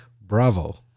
Bravo